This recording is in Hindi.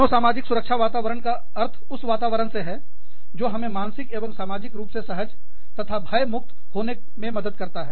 मनोसामाजिक सुरक्षा वातावरण का अर्थ उस वातावरण से है जो हमें मानसिक एवं सामाजिक रूप से सहज तथा भय मुक्त महसूस होने में मदद करता है